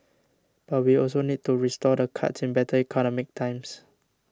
but we also need to restore the cuts in better economic times